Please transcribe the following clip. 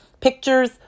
Pictures